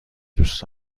دوست